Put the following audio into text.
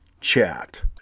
chat